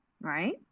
right